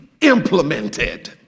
Implemented